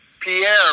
Pierre